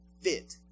fit